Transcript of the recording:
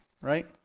right